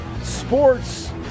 sports